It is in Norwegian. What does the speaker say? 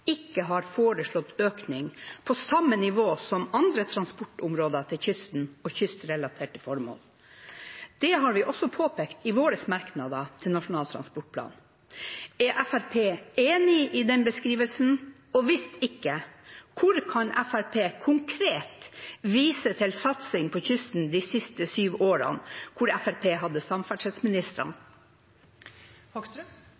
ikke har foreslått noen økning på samme nivå som for andre transportområder til kysten og kystrelaterte formål. Det har vi også påpekt i våre merknader til Nasjonal transportplan. Er Fremskrittspartiet enig i den beskrivelsen? Og hvis ikke: Hvor kan Fremskrittspartiet konkret vise til satsing på kysten de siste sju årene – da Fremskrittspartiet hadde